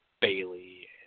Bailey